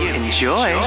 enjoy